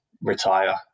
retire